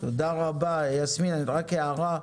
תודה רבה יסמין, רק הערה,